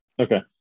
okay